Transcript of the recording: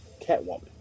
Catwoman